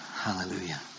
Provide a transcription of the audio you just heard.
Hallelujah